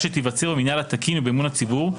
שתיווצר במינהל התקין ובאמון הציבור,